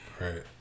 Right